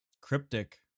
Cryptic